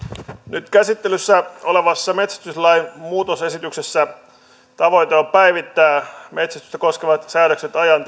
nyt käsittelyssä olevassa metsästyslain muutosesityksessä tavoite on päivittää metsästystä koskevat säädökset ajan